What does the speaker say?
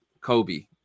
Kobe